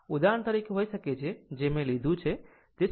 આ ઉદાહરણ હોઈ શકે છે જે મેં લીધું છે